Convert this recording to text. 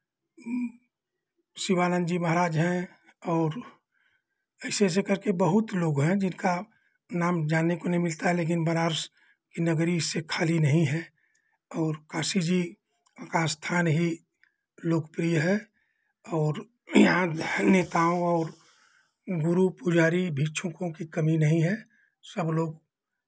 शिवानंद जी महराज हैं और ऐसे ऐसे करके बहुत लोग हैं जिनका नाम जानने को नहीं मिलता है लेकिन बनारस की नगरी से खाली नहीं है और काशी जी का स्थान ही लोकप्रिय है और यहाँ नेताओं और गुरु पुजारी भिक्षुकों की कमी नहीं है सबलोग